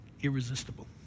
Irresistible